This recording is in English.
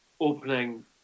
opening